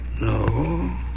no